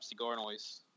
CigarNoise